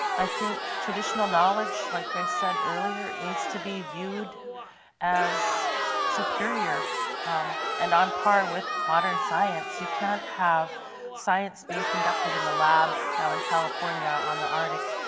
i think traditional knowledge, like i said earlier, it needs to be viewed as superior and on par with modern science, you cannot have science being conducted in the lab down in california on the arctic,